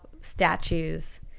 statues